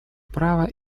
права